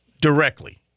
directly